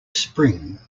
spring